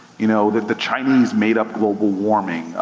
you know, that the chinese made up global warming.